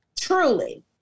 truly